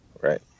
right